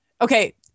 Okay